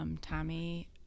Tommy